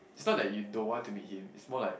it's not that you don't want to be him is more like